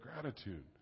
gratitude